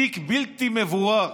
תיק בלתי מבורר.